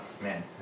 man